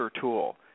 tool